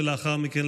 ולאחר מכן,